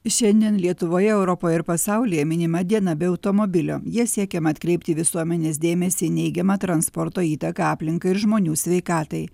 šiandien lietuvoje europoje ir pasaulyje minima diena be automobilio ja siekiama atkreipti visuomenės dėmesį į neigiamą transporto įtaką aplinkai ir žmonių sveikatai